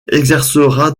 exercera